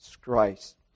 Christ